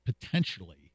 potentially